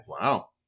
Wow